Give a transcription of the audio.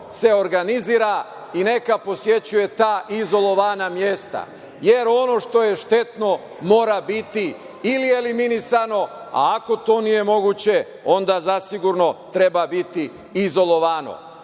se organizira i neka posećuje ta izolovana mesta, jer ono što je štetno mora biti ili eliminisano a ako to nije moguće, onda zasigurno treba biti izolovano.